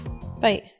Bye